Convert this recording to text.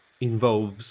involves